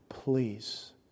Please